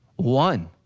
one.